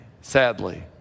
sadly